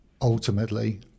ultimately